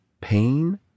Pain